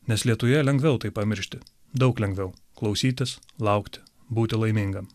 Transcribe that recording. nes lietuje lengviau tai pamiršti daug lengviau klausytis laukti būti laimingam